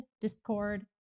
discord